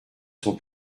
son